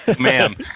Ma'am